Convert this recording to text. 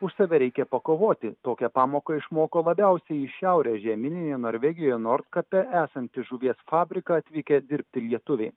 už save reikia pakovoti tokią pamoką išmoko labiausiai į šiaurę žeminėje norvegijoje nordkape esantį žuvies fabriką atvykę dirbti lietuviai